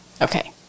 Okay